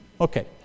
Okay